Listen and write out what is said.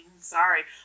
sorry